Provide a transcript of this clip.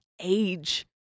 age